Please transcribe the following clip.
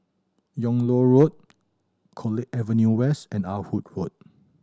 Yung Loh Road College Avenue West and Ah Hood Road